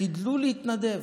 חדלו להתנדב.